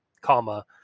comma